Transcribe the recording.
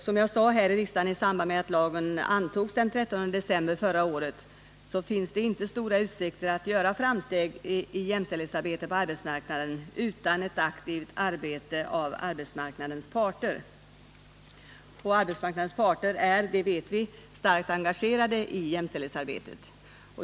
Som jag sade här i riksdagen i samband med att lagen antogs den 13 december förra året finns det inte stora utsikter att göra framsteg i jämställdhetsarbetet på arbetsmarknaden utan en aktiv medverkan av arbetsmarknadens parter. Arbetsmarknadens parter är, det vet vi, starkt engagerade i jämställdhetsarbetet.